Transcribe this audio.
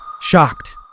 shocked